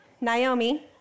Naomi